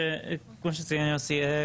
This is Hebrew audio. כמו שציין יוסי,